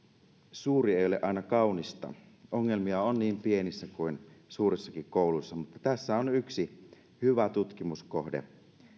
suuri ei ole aina kaunista ongelmia on niin pienissä kuin suurissakin kouluissa mutta tässä on yksi hyvä tutkimuskohde